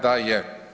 Da je.